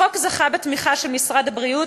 החוק זכה לתמיכה של משרד הבריאות,